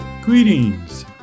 Greetings